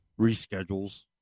reschedules